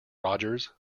rogers